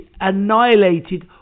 annihilated